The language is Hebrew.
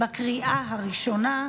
בקריאה הראשונה.